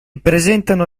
presentano